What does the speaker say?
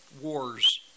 wars